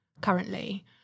currently